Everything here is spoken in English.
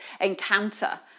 encounter